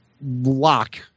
lock